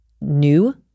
new